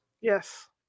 Yes